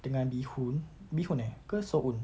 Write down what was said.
dengan bihun bihun eh ke suun